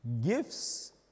gifts